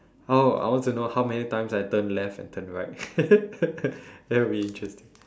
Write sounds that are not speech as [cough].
oh I want to know how many times I turn left and turn right [laughs] that would be interesting